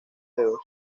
dedos